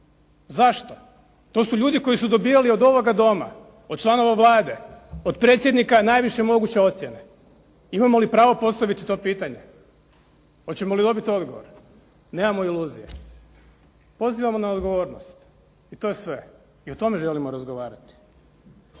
Zašto? To su ljudi koji su dobivali od ovoga Doma, od članova Vlade, od predsjednika najviše moguće ocjene. Imamo li pravo postaviti to pitanje? Hoćemo li dobiti odgovor? Nemamo iluzije. Pozivamo na odgovornost i to je sve i o tome želimo razgovarati.